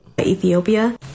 Ethiopia